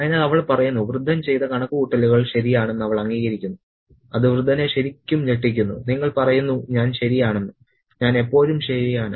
അതിനാൽ അവൾ പറയുന്നു വൃദ്ധൻ ചെയ്ത കണക്കുകൂട്ടലുകൾ ശരിയാണെന്ന് അവൾ അംഗീകരിക്കുന്നു അത് വൃദ്ധനെ ശരിക്കും ഞെട്ടിക്കുന്നു "നിങ്ങൾ പറയുന്നു ഞാൻ ശരിയാണെന്ന് ഞാൻ എപ്പോഴും ശരിയാണ്